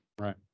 right